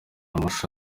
amashusho